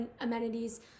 amenities